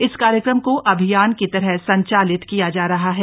इस कार्यक्रम को अभियान की तरह संचालित किया जा रहा है